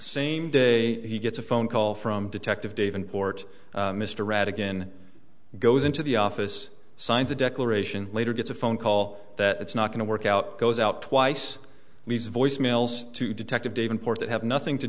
same day he gets a phone call from detective dave in court mr red again goes into the office signs a declaration later gets a phone call that it's not going to work out goes out twice leaves voice mails to detective david port that have nothing to